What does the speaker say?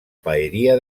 paeria